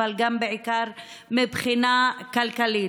אבל גם ובעיקר מבחינה כלכלית.